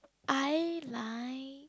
I like